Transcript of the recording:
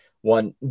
one